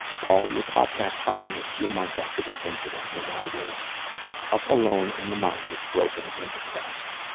paul, your podcast found me a few months after the incident, as i was up alone in the mountains, broken and depressed.